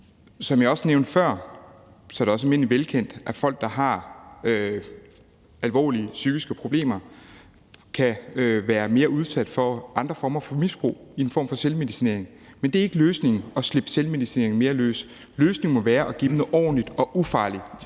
Som jeg også nævnte før, er det også almindeligt kendt, at folk, der har alvorlige psykiske problemer, kan være mere udsat for andre former for misbrug i en form for selvmedicinering, men det er ikke løsningen at slippe selvmedicineringen mere løs. Løsningen må være at give dem noget ordentlig og ufarlig